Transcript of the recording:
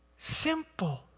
Simple